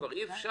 כבר אי אפשר.